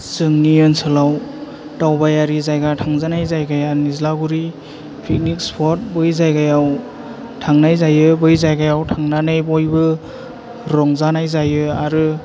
जोंनि ओनसोलाव दावबायारि जायगा थांजानाय जायगाया निज्लागुरि पिकनिक स्पट बै जायगायाव थांनाय जायो बै जायगायाव थांनानै बयबो रंजानाय जायो आरो